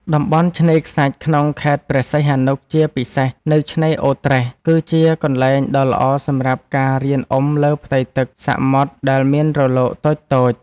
តំបន់ឆ្នេរខ្សាច់ក្នុងខេត្តព្រះសីហនុ ជាពិសេសនៅឆ្នេរអូរត្រេះ គឺជាកន្លែងដ៏ល្អសម្រាប់ការរៀនអុំលើផ្ទៃទឹកសមុទ្រដែលមានរលកតូចៗ។